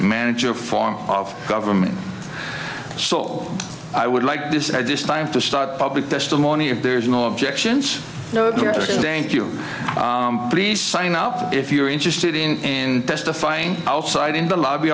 manager form of government so i would like this at this time to start public testimony if there's no objections against you please sign up if you're interested in testifying outside in the lobby